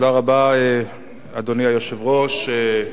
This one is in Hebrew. אדוני היושב-ראש,